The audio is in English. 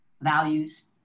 values